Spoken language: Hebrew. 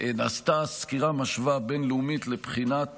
נעשתה סקירה משווה בין-לאומית לבחינת